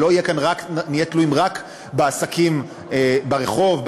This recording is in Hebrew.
שלא נהיה תלויים רק בעסקים ברחוב,